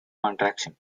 contraction